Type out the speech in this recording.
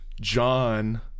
john